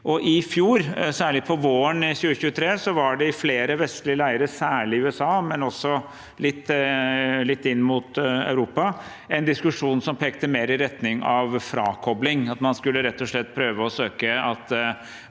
I fjor, særlig på våren 2023, var det i flere vestlige leirer – særlig i USA, men også litt inn mot Europa – en diskusjon som pekte mer i retning av frakopling, at man rett og slett skulle prøve å søke